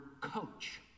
coach